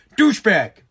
douchebag